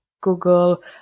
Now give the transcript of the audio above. Google